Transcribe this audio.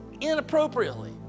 inappropriately